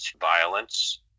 violence